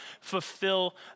fulfill